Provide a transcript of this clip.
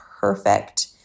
perfect